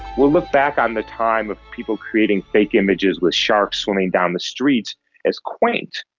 we'll look back on the time of people creating fake images with sharks swimming down the streets as quaint,